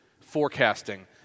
forecasting